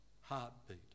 heartbeat